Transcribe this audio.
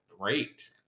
great